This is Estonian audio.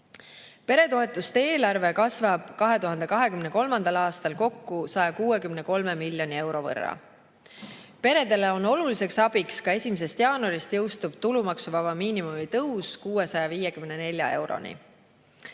Peretoetuste eelarve kasvab 2023. aastal kokku 163 miljoni euro võrra. Peredele on oluliseks abiks ka 1. jaanuarist jõustuv tulumaksuvaba miinimumi tõus 654 euroni.